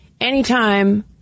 anytime